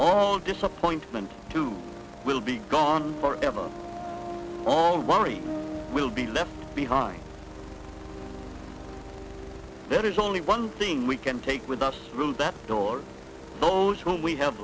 all disappointment to will be gone forever all worry will be left behind there is only one thing we can take with us through that door those whom we have